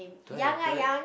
do I have do I